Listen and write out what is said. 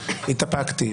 התאפקתי.